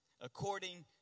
according